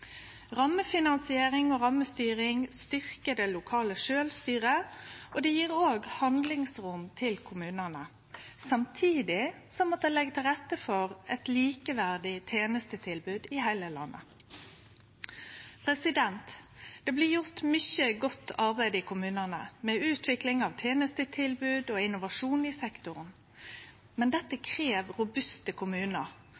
Rammefinansiering og rammestyring styrkjer det lokale sjølvstyret og gjev handlingsrom til kommunane, samtidig som det legg til rette for eit likeverdig tenestetilbod i heile landet. Det blir gjort mykje godt arbeid i kommunane med utvikling av tenestetilbod og innovasjon i sektoren. Men dette